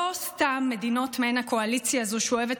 לא סתם מדינות שמהן הקואליציה הזו שואבת